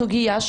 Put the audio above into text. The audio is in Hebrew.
סוגייה,